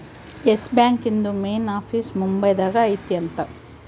S Bank ಇಂದು main office Mumbai ದಾಗ ಐತಿ ಅಂತ